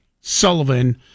Sullivan